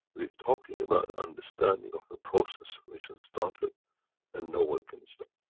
we're talking about understanding of a process which has started and no one can stop.